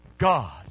God